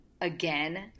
Again